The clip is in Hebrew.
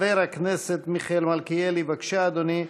חבר הכנסת מיכאל מלכיאלי בבקשה, אדוני.